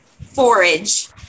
forage